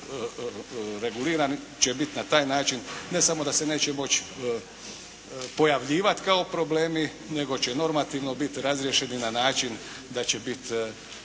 regulirani će biti na taj način ne samo da se neće moći pojavljivati kao problemi nego će normativno biti razriješeni na način da će biti